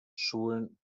schulen